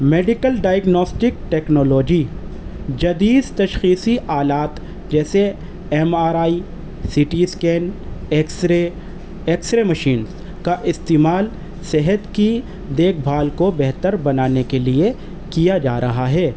medical diagnostic technology جدید تشخیصی آلات جیسے M R I C T scan X ray X ray machine کا استعمال صحت کی دیکھ بھال کو بہتر بنانے کے لیے کیا جا رہا ہے